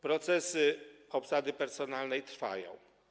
Procesy obsady personalnej trwają.